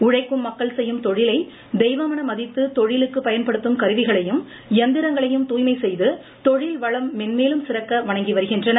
உழைக்கும் மக்கள் செய்யும் தொழிலை தெய்வமென மதித்து தொழிலுக்கு பயன்படுத்தும் கருவிகளையும் இயந்திரங்களையும் தூய்மை செய்து தொழில்வளம் மென்மேலும் சிறக்க வணங்கி வருகின்றனர்